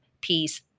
peace